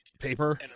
paper